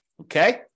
Okay